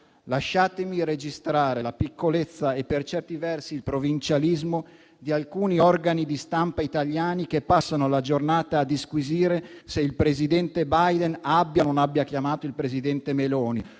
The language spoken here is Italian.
lasciatemi registrare la piccolezza e, per certi versi, il provincialismo di alcuni organi di stampa italiani, che passano la giornata a disquisire se il presidente Biden abbia o non abbia chiamato la presidente Meloni,